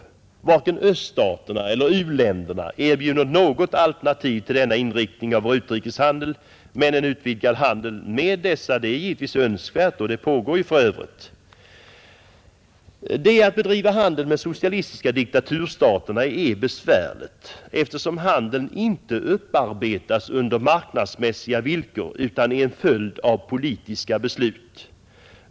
Varken öststaterna eller u-länderna erbjuder något alternativ till denna inriktning av vår utrikeshandel, men en utvidgad handel med dessa är givetvis önskvärd och pågår för övrigt. Att bedriva handel med de socialistiska diktaturstaterna är besvärligt, eftersom handeln inte upparbetas under marknadsmässiga villkor utan är en följd av politiska beslut.